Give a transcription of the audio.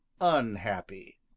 unhappy